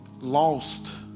lost